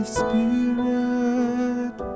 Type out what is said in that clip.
spirit